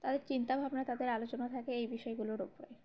তাদের চিন্তাভাবনা তাদের আলোচনা থাকে এই বিষয়গুলোর ওপরে